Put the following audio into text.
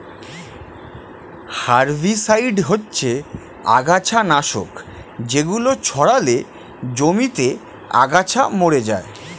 herbicide হচ্ছে আগাছানাশক যেগুলো ছড়ালে জমিতে আগাছা মরে যায়